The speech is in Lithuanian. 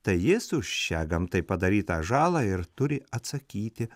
tai jis už šią gamtai padarytą žalą ir turi atsakyti